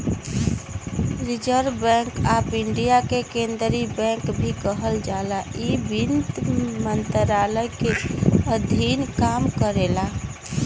reserve bank of India के केंद्रीय bank भी कहल जाला इ वित्त मंत्रालय के अधीन काम करला